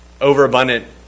overabundant